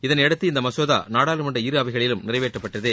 இதனையடுத்து இந்த மசோதா நாடாளுமன்ற இரு அவைகளிலும் நிறைவேற்றப்பட்டது